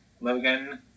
logan